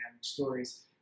stories